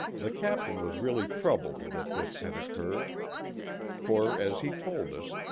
the captain was really troubled that this had occurred for, as he told us,